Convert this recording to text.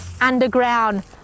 underground